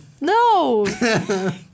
No